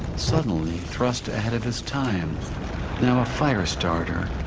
suddenly thrust ahead of his time now a fire-starter,